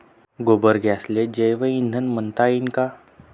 गोबर गॅसले जैवईंधन म्हनता ई का?